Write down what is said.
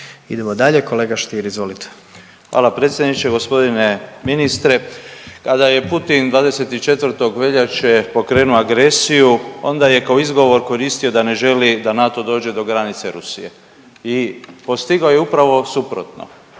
Idemo dalje, kolega Stier izvolite. **Stier, Davor Ivo (HDZ)** Hvala predsjedniče. Gospodine ministre kada je Putin 24. veljače pokrenuo agresiju onda je kako izgovor koristio da ne želi da NATO dođe do granice Rusije i postigao je upravo suprotno.